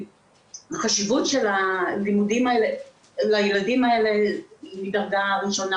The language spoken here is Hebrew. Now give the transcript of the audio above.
החשיבות של הלימודים האלה לילדים האלה היא מדרגה ראשונה